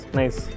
nice